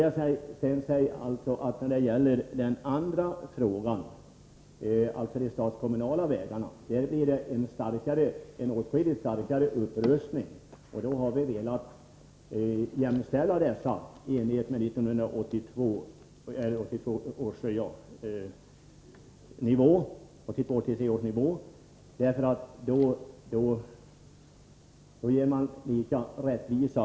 Beträffande den andra frågan, om de statskommunala vägarna, kan jag säga att det blir en åtskilligt kraftigare ökning enligt regeringens förslag. Vi har velat få dessa anslag baserade på 1982/83 års kostnadsnivå. Då blir det större rättvisa.